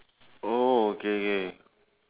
oh okay K